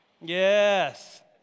Yes